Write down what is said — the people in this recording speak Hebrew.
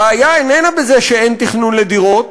הבעיה איננה בזה שאין תכנון לדירות,